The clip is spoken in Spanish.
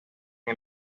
por